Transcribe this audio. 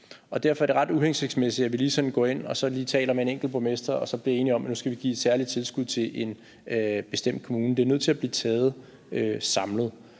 derfor er det ret uhensigtsmæssigt, at vi går ind og sådan lige taler med en enkelt borgmester og så bliver enige om, at nu skal vi give et særligt tilskud til en bestemt kommune. Det er nødt til at blive taget samlet.